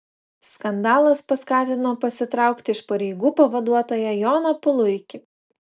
skandalas paskatino pasitraukti iš pareigų pavaduotoją joną puluikį